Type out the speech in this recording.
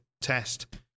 test